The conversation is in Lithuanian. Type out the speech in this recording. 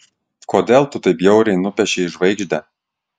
kodėl tu taip bjauriai nupiešei žvaigždę